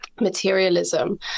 materialism